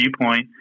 viewpoint